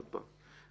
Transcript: עוד פעם,